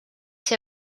see